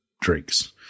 drinks